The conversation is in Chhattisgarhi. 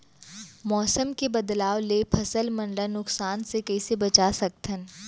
मौसम के बदलाव ले फसल मन ला नुकसान से कइसे बचा सकथन?